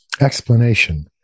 Explanation